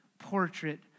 portrait